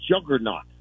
juggernaut